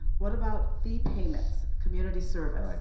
what about fee payments, community service?